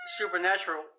Supernatural